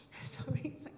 Sorry